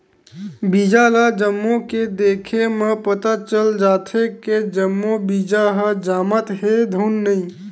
बीजा ल जमो के देखे म पता चल जाथे के जम्मो बीजा ह जामत हे धुन नइ